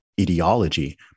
ideology